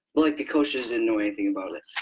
like, the coaches didn't know anything about it,